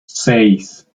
seis